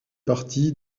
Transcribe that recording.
partie